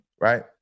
right